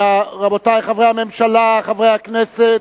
רבותי, חברי הממשלה, חברי הכנסת,